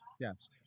yes